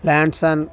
ల్యాండ్సన్